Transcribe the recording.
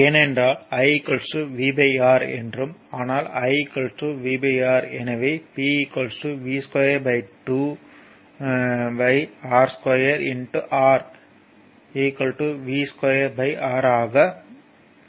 ஏனென்றால் I VR என்றும் ஆனால் I VR எனவே P V2R2 R V2R ஆகும்